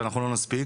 ואנחנו לא נספיק.